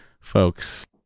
folks